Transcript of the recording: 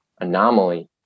Anomaly